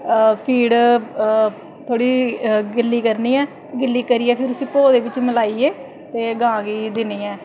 feed थोह्ड़ी गि'ल्ली करनी ऐ गि'ल्ली करियै फिर उसी भोऽ दे बिच मलाइयै ते गांऽ गी दि'न्नी ऐं